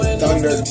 thunder